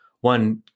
one